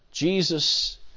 Jesus